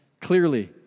clearly